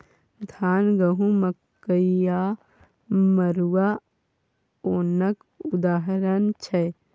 धान, गहुँम, मकइ आ मरुआ ओनक उदाहरण छै